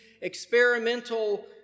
experimental